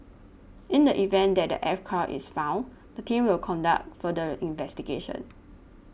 in the event that the aircraft is found the team will conduct further investigation